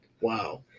Wow